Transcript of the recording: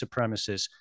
supremacists